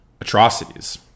atrocities